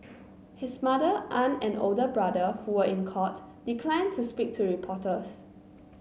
his mother aunt and older brother who were in court declined to speak to reporters